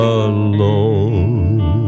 alone